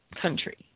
country